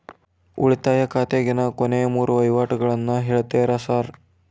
ಉಳಿತಾಯ ಖಾತ್ಯಾಗಿನ ಕೊನೆಯ ಮೂರು ವಹಿವಾಟುಗಳನ್ನ ಹೇಳ್ತೇರ ಸಾರ್?